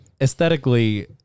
aesthetically